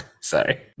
Sorry